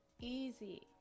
easy